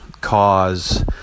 cause